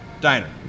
Diner